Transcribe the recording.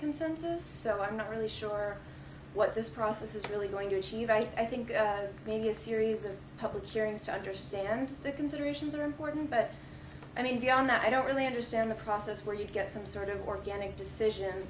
consensus so i'm not really sure what this process is really going to achieve i think maybe a series of public hearings to understand that considerations are important but i mean beyond that i don't really understand the process where you get some sort of organic decision